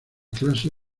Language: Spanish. clase